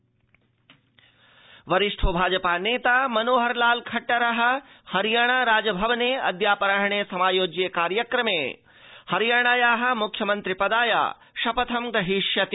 हरियाणा मुख्यमन्त्रि शपथः वरिष्ठो भाजपा नेता मनोहर लाल खट्टरः हरियाणा राजभवने अद्यापराह्रे समायोज्ये कार्यक्रमे हरियाणायाः मुख्यमन्त्रि पदाय शपथं ग्रहीष्यति